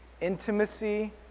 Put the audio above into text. Intimacy